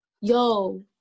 Yo